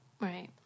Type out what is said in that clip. Right